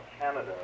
Canada